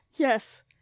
Yes